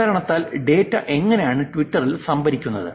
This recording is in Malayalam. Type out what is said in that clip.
ഇക്കാരണത്താൽ ഡാറ്റ എങ്ങനെയാണ് ട്വിറ്ററിൽ സംഭരിക്കുന്നത്